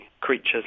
creatures